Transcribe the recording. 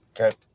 Okay